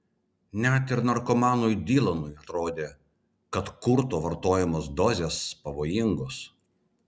net ir narkomanui dylanui atrodė kad kurto vartojamos dozės pavojingos